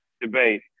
debate